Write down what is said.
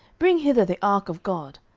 bring hither the ark of god.